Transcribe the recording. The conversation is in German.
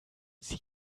sie